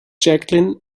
jacqueline